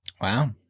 Wow